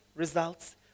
results